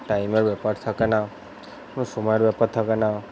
টাইমের ব্যাপার থাকে না কোনো সময়ের ব্যাপার থাকে না